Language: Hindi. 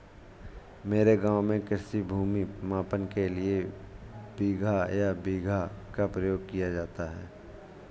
मेरे गांव में कृषि भूमि मापन के लिए बिगहा या बीघा का प्रयोग किया जाता है